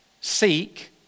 seek